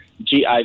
GI